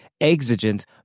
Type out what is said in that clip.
exigent